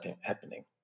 happening